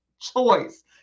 choice